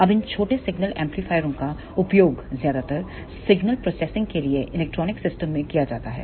अब इन छोटे सिग्नल एम्पलीफायरों का उपयोग ज्यादातर सिग्नल प्रोसेसिंग के लिए इलेक्ट्रॉनिक सिस्टम में किया जाता है